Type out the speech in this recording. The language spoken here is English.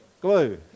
Glue